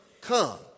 come